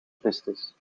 pistes